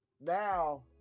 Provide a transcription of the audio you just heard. Now